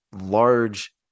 large